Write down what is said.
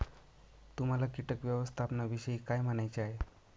तुम्हाला किटक व्यवस्थापनाविषयी काय म्हणायचे आहे?